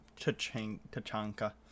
tachanka